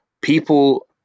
people